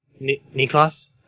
Niklas